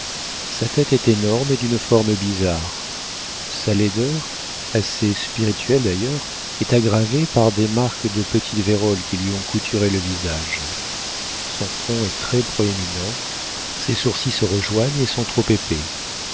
sa tête est énorme et d'une forme bizarre sa laideur assez spirituelle d'ailleurs est aggravée par des marques de petite vérole qui lui ont couturé le visage son front est très proéminent ses sourcils se rejoignent et sont trop épais